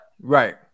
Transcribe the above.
Right